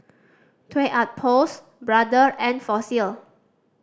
Toy Outpost Brother and Fossil